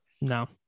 No